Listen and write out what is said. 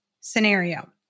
Scenario